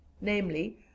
namely